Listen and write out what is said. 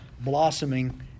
blossoming